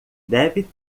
deve